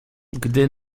gdy